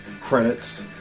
credits